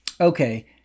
okay